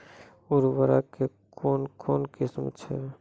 उर्वरक कऽ कून कून किस्म छै?